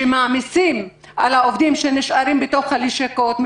שמעמיסים על העובדים שנשארים בתוך הלשכות,